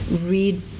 read